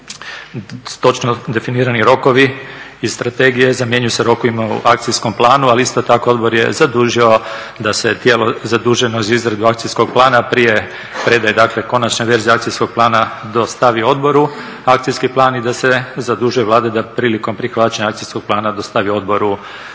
točno definirani rokovi iz strategije zamjenjuju sa rokovima u akcijskom planu. Ali isto tako odbor je zadužio da se tijelo zaduženo za izradu akcijskog plana prije predaje dakle konačne verzije akcijskog plana dostavi odboru akcijski plan i da se zaduži Vlada da prilikom prihvaćanja akcijskog plana dostavi odboru